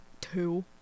two